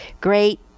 great